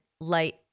light